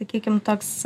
sakykim toks